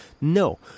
No